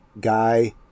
guy